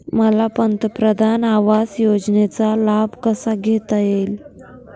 मला पंतप्रधान आवास योजनेचा लाभ कसा घेता येईल?